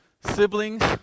Siblings